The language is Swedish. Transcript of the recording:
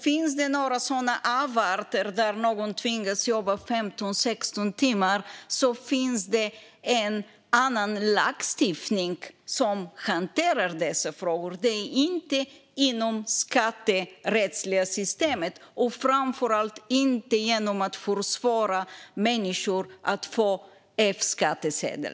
Finns det några sådana avarter där någon tvingas jobba 15-16 timmar har vi en annan lagstiftning som hanterar dessa frågor. Det görs inte inom det skatterättsliga systemet och framför allt inte genom att försvåra för människor att få F-skattsedel.